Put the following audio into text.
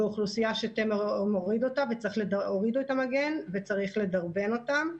ואוכלוסייה שטרם הורידה את המגן וצריך לדרבן אותם.